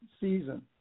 season